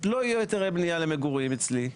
לא יהיו היתרי בנייה למגורים אצלי.